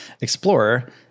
Explorer